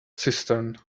cistern